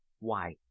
Why